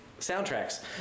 soundtracks